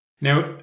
Now